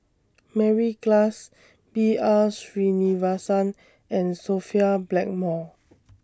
Mary Klass B R Sreenivasan and Sophia Blackmore